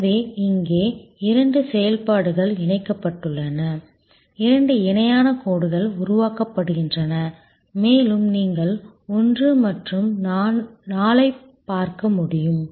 எனவே இங்கே இரண்டு செயல்பாடுகள் இணைக்கப்பட்டுள்ளன இரண்டு இணையான கோடுகள் உருவாக்கப்படுகின்றன மேலும் நீங்கள் 1 மற்றும் 4 ஐப் பார்க்க முடியும்